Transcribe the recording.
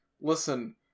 listen